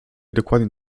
dokładnie